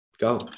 go